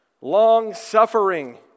long-suffering